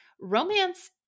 romance